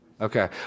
Okay